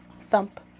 Thump